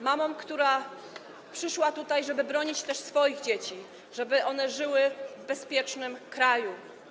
Mamą, która przyszła tutaj, żeby bronić też swoich dzieci, żeby one żyły w bezpiecznym kraju.